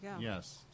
Yes